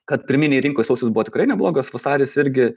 kad pirminėj rinkoj sausis buvo tikrai neblogas vasaris irgi